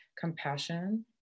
compassion